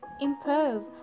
improve